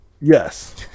Yes